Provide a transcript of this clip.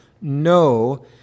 no